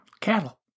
Cattle